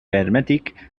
hermètic